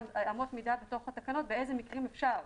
אמות מידה בתוך התקנות באילו מקרים אפשר.